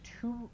two